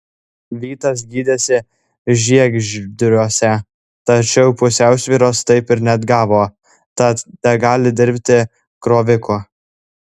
vytas gydėsi žiegždriuose tačiau pusiausvyros taip ir neatgavo tad tegali dirbti kroviku